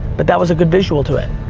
but that was a good visual to it,